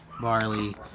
barley